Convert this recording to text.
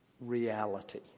reality